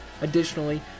Additionally